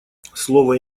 слово